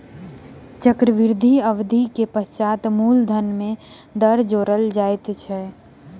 चक्रवृद्धि अवधि के पश्चात मूलधन में दर जोड़ल जाइत अछि